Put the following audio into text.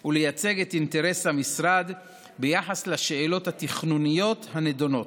הוא לייצג את אינטרס המשרד ביחס לשאלות התכנוניות הנדונות,